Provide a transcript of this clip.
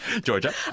Georgia